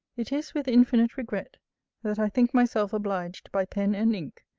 it is with infinite regret that i think myself obliged, by pen and ink,